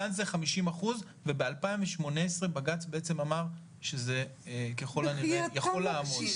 כאן זה 50%. וב-2018 בג"ץ בעצם אמר שזה ככל הנראה יכול לעמוד.